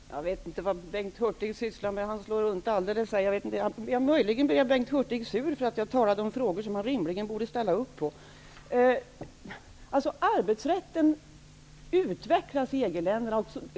Herr talman! Jag vet inte vad Bengt Hurtig sysslar med. Han slår runt alldeles. Möjligen blev Bengt Hurtig sur för att jag talade om frågor som han rimligen borde ställa upp på. Arbetsrätten utvecklas i EG-länderna.